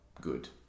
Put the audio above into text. good